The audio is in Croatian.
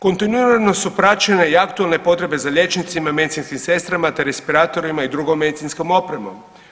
Kontinuirano su praćene i aktualne potrebe za liječnicima, medicinskim sestrama te respiratorima i drugom medicinskom opremom.